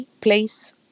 place